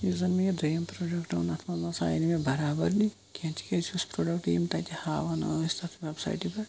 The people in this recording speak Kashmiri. یُس زَن مےٚ یہِ دیٚیِم پروڈکٹہٕ اوس سُہ آے نہِ مےٚ بَرابٔدی کِہیٖنۍ تکیازٕ یُس پروڈکٹہٕ یِم تَتہِ ہاوان ٲسۍ تَتھ ویٚب سایٹہِ پیٚٹھ